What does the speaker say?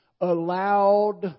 allowed